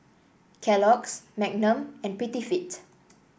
Kellogg's Magnum and Prettyfit